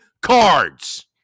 cards